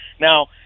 now